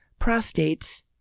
prostates